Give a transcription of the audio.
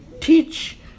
teach